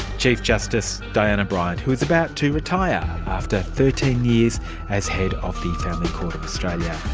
chief justice diana bryant, who is about to retire after thirteen years as head of the family court of australia.